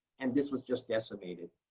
and this was just decimated.